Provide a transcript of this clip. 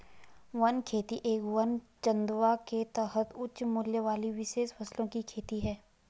one खेती एक वन चंदवा के तहत उच्च मूल्य वाली विशेष फसलों की खेती है